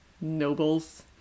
nobles